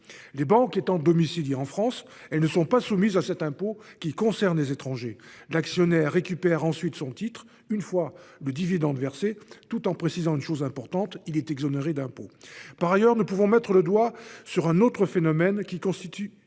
Les banques étant domiciliées en France, elles ne sont pas soumises à cet impôt qui concerne les étrangers. L'actionnaire récupère ensuite son titre une fois le dividende versé, mais il faut préciser une chose importante : il est exonéré d'impôt. Par d'ailleurs, nous pouvons mettre le doigt sur un autre phénomène qui constitue